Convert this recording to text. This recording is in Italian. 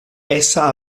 essa